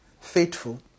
faithful